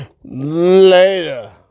later